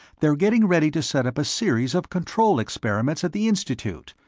they're getting ready to set up a series of control-experiments at the institute,